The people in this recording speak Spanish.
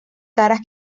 caras